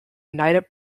united